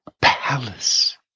Palace